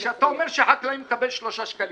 כשאתה אומר שהחקלאי מקבל 3 שקלים,